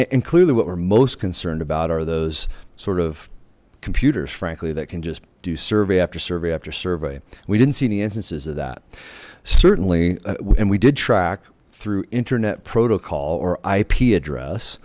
clearly what we're most concerned about are those sort of computers frankly that can just do survey after survey after survey we didn't see any instances of that certainly and we did track through internet protocol or ip address